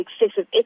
excessive